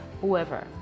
whoever